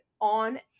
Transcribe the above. on